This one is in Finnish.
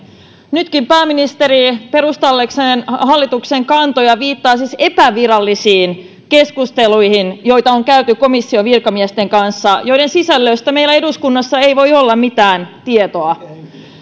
nytkin pääministeri perustellakseen hallituksen kantoja viittaa siis epävirallisiin keskusteluihin joita on käyty komission virkamiesten kanssa ja joiden sisällöistä meillä eduskunnassa ei voi olla mitään tietoa